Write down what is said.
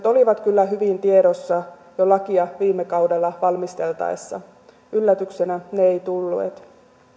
olivat kyllä hyvin tiedossa jo lakia viime kaudella valmisteltaessa yllätyksenä ne eivät tulleet